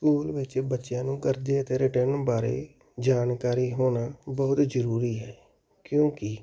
school ਵਿੱਚ ਬੱਚਿਆਂ ਨੂੰ ਕਰਜ਼ੇ ਅਤੇ ਰਿਟਰਨ ਬਾਰੇ ਜਾਣਕਾਰੀ ਹੋਣਾ ਬਹੁਤ ਜ਼ਰੂਰੀ ਹੈ ਕਿਉਂਕਿ